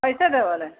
कैसे देबऽ ले